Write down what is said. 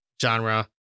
genre